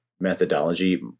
methodology